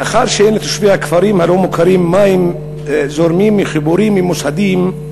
מאחר שאין לתושבי הכפרים הלא-מוכרים מים זורמים מחיבורים ממוסדים,